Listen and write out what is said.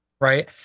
Right